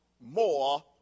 more